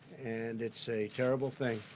and it's a terrible thing.